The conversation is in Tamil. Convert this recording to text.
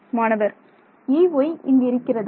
மாணவர் Ey இங்கு இருக்கிறதா